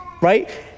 right